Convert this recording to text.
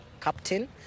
captain